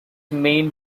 main